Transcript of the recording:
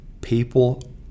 people